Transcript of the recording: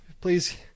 please